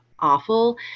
awful